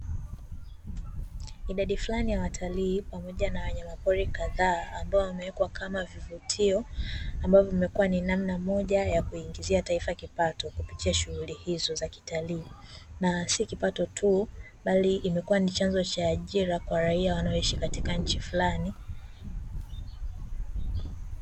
Idadi fulani ya watalii pamoja na wanyamapori kadhaa, ambao wamewekwa kama vivutio, ambavyo vimekuwa namna moja ya kuliingizia taifa kipato kupitia shughuli hizo za utalii. Na sio kipato tu, bali imekuwa ni chanzo cha ajira kwa raia wanaoishi katika nchi fulani.